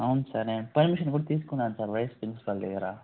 అవును సార్ నేను పర్మిషన్ కూడా తీసుకున్నాను సార్ వైస్ ప్రిన్సిపాల్ దగ్గర